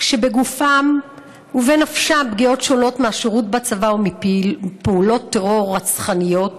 ובגופם ובנפשם פגיעות מהשירות בצבא ומפעולות טרור רצחניות